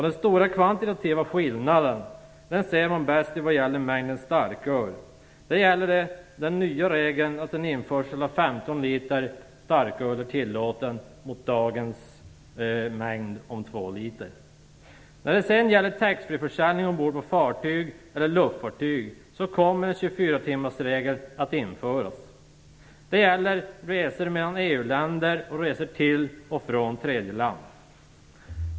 Den stora kavantitativa skillnaden ser man bäst vad gäller mängden starköl. När det gäller taxfree-försäljning ombord på fartyg eller luftfartyg kommer en 24-timmarsregel att införas. Det gäller resor mellan EU-länder och resor till och från tredje land.